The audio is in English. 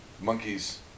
Monkeys